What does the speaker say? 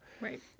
Right